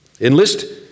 Enlist